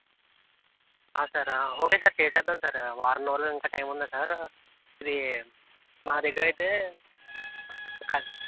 sir okay sir చేద్దాం sir వారం రోజులు ఇంకా టైం ఉందా సార్ అది మా దగ్గర అయితే ఇంకా